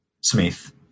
Smith